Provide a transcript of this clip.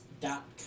dot